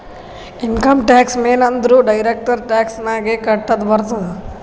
income tax ಮೇನ್ ಅಂದುರ್ direct tax ನಾಗೆ ಕಟ್ಟದ್ ಬರ್ತುದ್